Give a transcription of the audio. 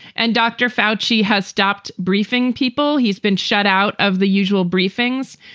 and dr. foushee has stopped briefing people. he's been shut out of the usual briefings.